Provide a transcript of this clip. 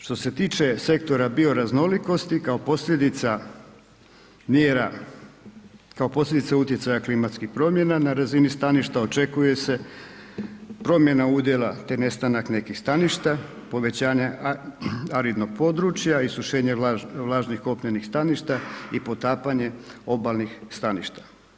Što se tiče sektora bioraznolikosti kao posljedica mjera, kao posljedica utjecaja klimatskih promjena na razini staništa očekuje se promjena udjela te nestanak nekih staništa, povećanja aridnog područja, isušenje vlažnih kopnenih staništa i potapanje obalnih staništa.